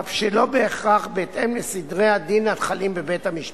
אף שלא בהכרח בהתאם לסדרי הדין החלים בבית-המשפט.